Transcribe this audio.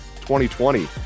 2020